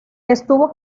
estuvo